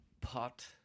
pot